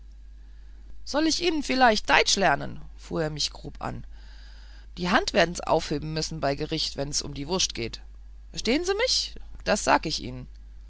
soll ich ihnen vielleicht deitsch lernen fuhr er mich grob an die hand werden sie aufheben müssen bei gericht wenn's um die wurscht geht verstehen sie mich das sag ich ihnen